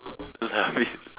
rubbish